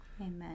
Amen